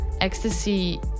ecstasy